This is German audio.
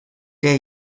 der